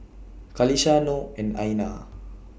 Qalisha Noh and Aina